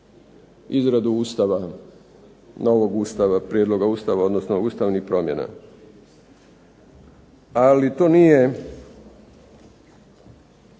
izradu Ustava, novog Ustava, prijedloga Ustava, odnosno ustavnih promjena. Ali to nije